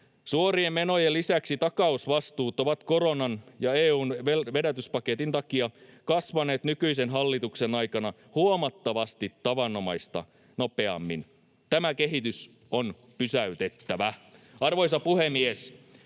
Suorien menojen lisäksi takausvastuut ovat koronan ja EU:n vedätyspaketin takia kasvaneet nykyisen hallituksen aikana huomattavasti tavanomaista nopeammin. Tämä kehitys on pysäytettävä. Arvoisa puhemies!